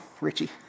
Richie